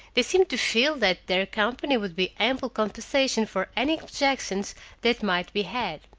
they seemed to feel that their company would be ample compensation for any objections that might be had.